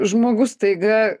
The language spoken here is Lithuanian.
žmogus staiga